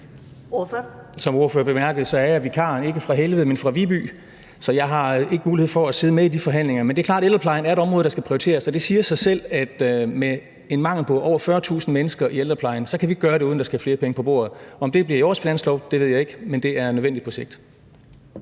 Som ordføreren bemærkede, er jeg vikar – ikke fra Helvede, men fra Viby – så jeg har ikke mulighed for at sidde med i de forhandlinger. Men det er klart, at ældreplejen er et område, der skal prioriteres. Så det siger sig selv, at med en mangel på over 40.000 mennesker i ældreplejen kan vi ikke gøre det, uden at der skal flere penge på bordet. Om det bliver i årets finanslov, ved jeg ikke, men det er nødvendigt på sigt.